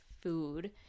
food